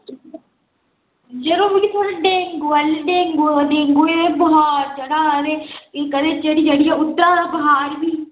यरो मिगी थोह्ड़ा डेंगू ऐ डेंगू डेंगू ते बखार चढ़े दा ते एह् कदें कदें चढ़ियै उतरा दा बखार बी